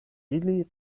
ili